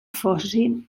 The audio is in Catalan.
fossin